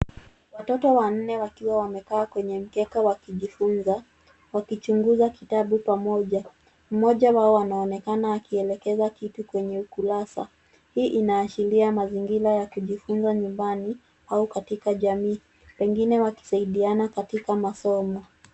Watoto wanne wakiwa wamekaa kwenye mkeka wakijifunza wakichunguza kitabu pamoja mmoja wao anaonekana akielekeza kitu kwenye ukurasa. Hii inaashiria mazingira ya kujifunza nyumbani au katika jamii wengine wakisaidiana katika masomo.